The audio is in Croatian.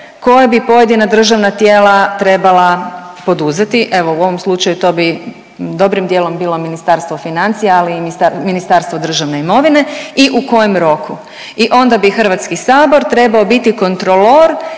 koje bi pojedina državna tijela trebala poduzeti, evo u ovom slučaju to bi dobrim dijelom bilo Ministarstvo financija, ali i Ministarstvo državne imovine i u kojem roku. I onda bi HS trebao biti kontrolor